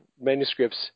manuscripts